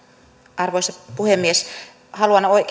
arvoisa puhemies haluan